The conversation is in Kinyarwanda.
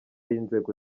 y’inzego